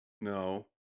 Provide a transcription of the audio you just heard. No